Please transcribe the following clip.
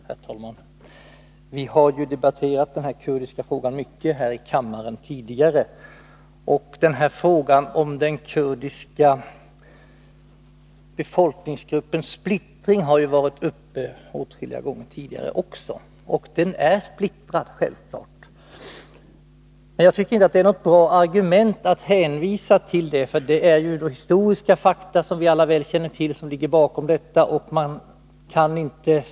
Herr talman! Vi har debatterat den kurdiska frågan här i kammaren tidigare. Också frågan om den kurdiska befolkningsgruppens splittring har varit uppe åtskilliga gånger. Det är självfallet en splittrad grupp. Men jag tycker inte att det är något bra argument att hänvisa till det, för som vi alla väl känner till är det historiska fakta som ligger bakom detta.